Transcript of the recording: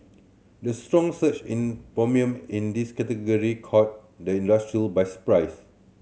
the strong surge in premium in this category caught the industry by surprise